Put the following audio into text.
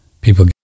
People